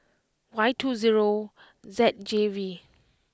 Y two zero Z J V